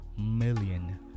million